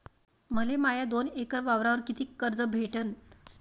मले माया दोन एकर वावरावर कितीक कर्ज भेटन?